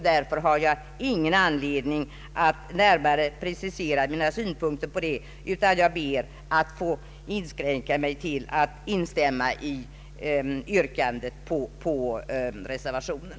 Därför har jag ingen anledning att närmare precisera mina synpunkter på detta. Jag inskränker mig till att instämma i yrkandet om bifall till reservationen.